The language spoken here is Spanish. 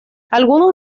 algunos